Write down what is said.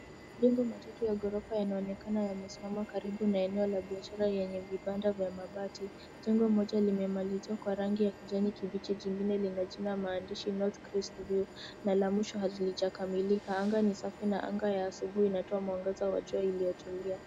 Majengo matatu ya ghorofa yanaoenekana yamesimama karibu na eneo la biashara yenye vibanda vya mabati. Jengo moja limemaliziwa kwa rangi ya kijani kibichi kingine lina jina mandishi NorthCrest View na la mwisho halijakamilika. Anga ni safi na anga ya asubui inatoa mwangaza wa jua iliyotulia.